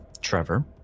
Trevor